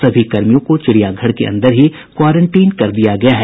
सभी कर्मियों को चिड़िया घर के अंदर ही क्वारेंटिन कर दिया गया है